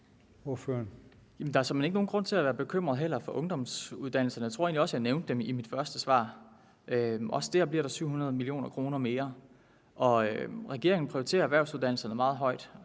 Der er såmænd ingen grund til at være bekymret for ungdomsuddannelserne. Jeg tror egentlig også, at jeg nævnte det i mit første svar, nemlig at der også der vil være 700 mio. kr. mere. Regeringen prioriterer erhvervsuddannelserne meget højt,